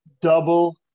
double